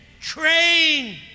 train